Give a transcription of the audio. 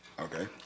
okay